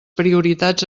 prioritats